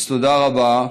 תודה רבה.